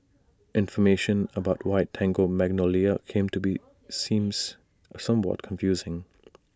information about why Tango Magnolia came to be seems somewhat confusing